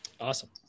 Awesome